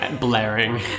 blaring